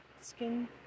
skin